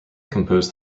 composed